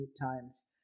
times